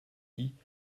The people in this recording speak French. dit